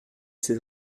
ses